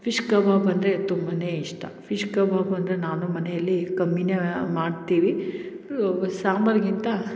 fish kebab ಅಂದರೆ ತುಂಬನೇ ಇಷ್ಟ ಫಿಶ್ ಕಬಾಬ್ ಅಂದರೆ ನಾನು ಮನೆಯಲ್ಲಿ ಕಮ್ಮಿನೆ ಮಾಡ್ತೀವಿ ಸಾಂಬರಿಗಿಂತ